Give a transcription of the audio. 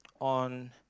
on